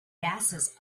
gases